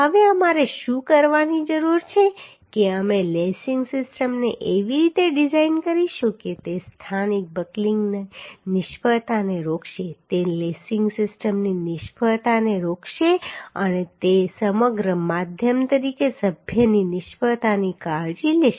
હવે અમારે શું કરવાની જરૂર છે કે અમે લેસિંગ સિસ્ટમને એવી રીતે ડિઝાઇન કરીશું કે તે સ્થાનિક બકલિંગની નિષ્ફળતાને રોકશે તે લેસિંગ સિસ્ટમની નિષ્ફળતાને રોકશે અને તે સમગ્ર માધ્યમ તરીકે સભ્યની નિષ્ફળતાની કાળજી લેશે